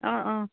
অঁ অঁ